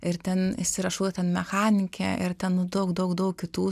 ir ten įsirašau ten mechanikė ir ten nu daug daug daug kitų